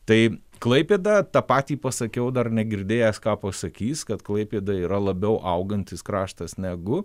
tai klaipėda tą patį pasakiau dar negirdėjęs ką pasakys kad klaipėda yra labiau augantis kraštas negu